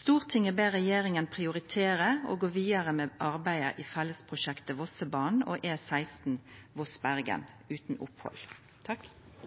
«Stortinget ber regjeringen prioritere å gå videre med arbeidet i «Fellesprosjektet Vossebanen og